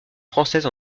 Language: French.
française